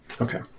Okay